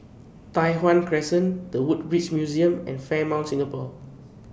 Tai Hwan Crescent The Woodbridge Museum and Fairmont Singapore